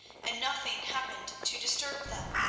and nothing happened to disturb them.